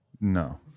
No